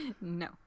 No